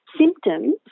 symptoms